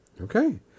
Okay